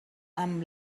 amb